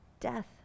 death